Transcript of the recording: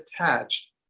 attached